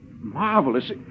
Marvelous